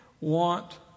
want